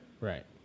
Right